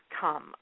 come